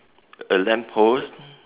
a lamp post